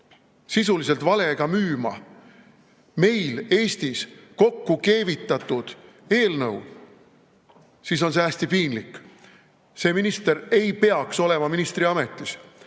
sisuliselt valega müüma meil Eestis kokku keevitatud eelnõu, siis on see hästi piinlik. See minister ei peaks olema ministriametis.